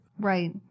Right